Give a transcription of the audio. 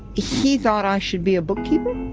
he thought i should be a bookkeeper.